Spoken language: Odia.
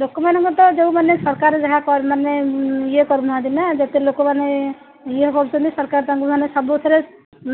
ଲୋକମାନଙ୍କ ତ ଯୋଉମାନେ ସରକାର ଯାହା ମାନେ ଇଏ କରୁନାହାନ୍ତି ନା ଯେତେ ଲୋକମାନେ ଇଏ କରୁଛନ୍ତି ସରକାର ତାଙ୍କୁ ମାନେ ସବୁଥିରେ